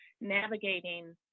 navigating